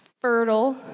Fertile